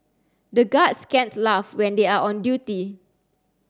the guards can't laugh when they are on duty